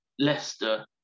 Leicester